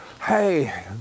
Hey